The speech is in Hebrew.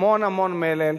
המון המון מלל,